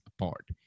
apart